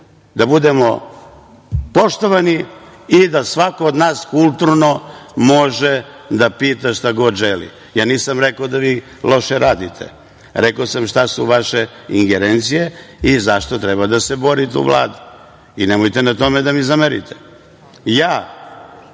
budemo poštovani i da svako od nas kulturno može da pita šta god želi. Ja nisam rekao da vi loše radite. Rekao sam šta su vaše ingerencije i zašto treba da se borite u Vladi i nemojte na tome da mi zamerite. Ja,